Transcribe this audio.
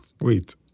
Wait